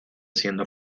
siendo